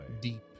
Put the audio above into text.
Deep